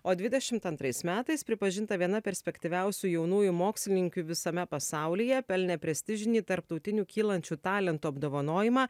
o dvidešim antrais metais pripažinta viena perspektyviausių jaunųjų mokslininkių visame pasaulyje pelnė prestižinį tarptautinių kylančių talentų apdovanojimą